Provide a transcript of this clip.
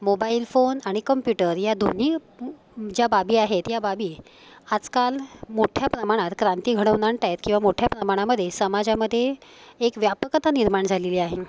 mobile phone आणि computer या दोन्ही ज्या बाबी आहेत या बाबी आजकाल मोठ्या प्रमाणात क्रांती घडवत आहेत किंवा मोठ्या प्रमाणामध्ये समाजामध्ये एक व्यापकता निर्माण झालेली आहे